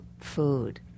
food